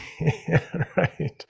Right